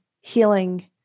healing